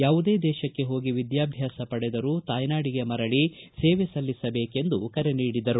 ಯಾವುದೇ ದೇಶಕ್ಕೆ ಹೋಗಿ ವಿದ್ಯಾಭ್ಯಾಸ ಪಡೆದರೂ ತಾಯ್ನಾಡಿಗೆ ಮರಳಿ ಸೇವೆ ಸಲ್ಲಿಸಬೇಕೆಂದು ಕರೆ ನೀಡಿದರು